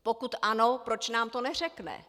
Pokud ano, proč nám to neřekne?